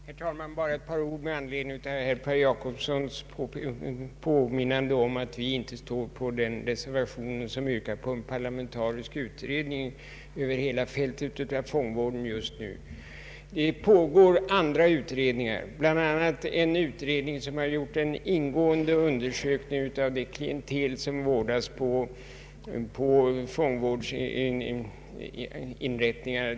Herr talman! Bara ett par ord med anledning av herr Per Jacobssons erinran om att mitt namn inte står antecknat vid den reservation som yrkar på en parlamentarisk utredning över hela fältet av fångvården just nu. Det pågår andra utredningar, bl.a. en som gjort en ingående undersökning av det klientel som vårdas på fångvårdsinrättningar.